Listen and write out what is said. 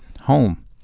home